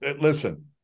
listen